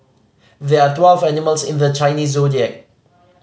there are twelve animals in the Chinese Zodiac